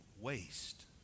waste